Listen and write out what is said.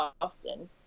often